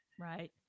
Right